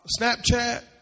Snapchat